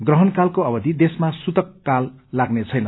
ग्रहणकालको अवधि देशमा सूतककाल लाग्नेछैन